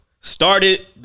started